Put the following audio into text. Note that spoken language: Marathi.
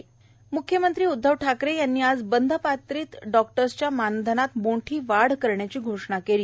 म्ख्यमंत्री उद्वव ठाकरे यांनी आज बंधपत्रित डॉक्टर्सच्या मानधनात मोठी वाढ करण्याची घोषणा केली